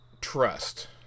trust